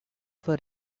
for